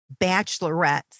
bachelorettes